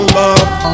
love